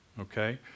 okay